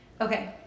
Okay